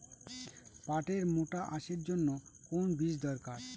পাটের মোটা আঁশের জন্য কোন বীজ দরকার?